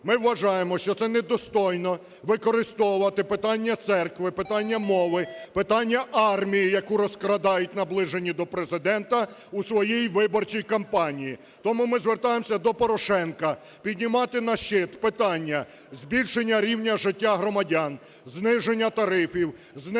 Ми вважаємо, що це недостойно, використовувати питання церкви, питання мови, питання армії, яку розкрадають наближені до Президента, у своїй виборчій кампанії. Тому ми звертаємося до Порошенка. Піднімати на щит питання збільшення рівня життя громадян, зниження тарифів, зниження